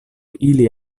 ili